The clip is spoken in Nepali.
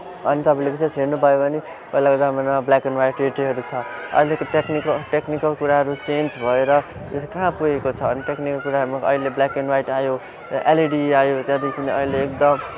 अनि तपाईँले विशेष हेर्नुभयो भने पहिलाको जमानामा ब्ल्याक एन्ड वाइट रेटोहरू छ अहिलेको टेक्निको टेक्निकल कुराहरू चेन्ज भएर यो चाहिँ कहाँ पुगेको छ अनि टेक्निकल कुराहरू अहिले ब्ल्याक एन्ड वाइट आयो एलइडी आयो त्यहाँदेखि अहिले एकदम